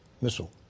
missile